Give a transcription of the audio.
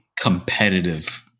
competitive